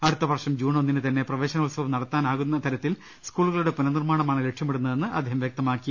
അടുത്തവർഷം ജൂൺ ഒന്നിന് തന്നെ പ്രവേശനോത്സവം നടത്താനാകുന്ന തരത്തിൽ സ്കൂളുകളുടെ പുനർനിർമാണമാണ് ലക്ഷ്യമിടുന്നതെന്ന് അദ്ദേഹം വൃക്തമാക്കി